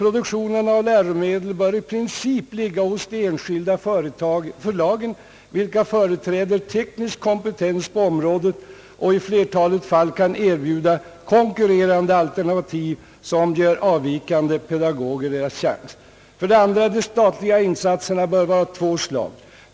Produktionen av läromedel bör i princip ligga hos de enskilda förlagen, vilka företräder teknisk kompetens på området och i flertalet fall kan erbjuda konkurrerande alternativ som ger ”avvikande” pedagoger deras chans. 2. De statliga insatserna bör vara av två slag.